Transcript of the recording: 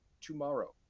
tomorrow